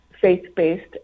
faith-based